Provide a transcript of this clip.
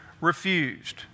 refused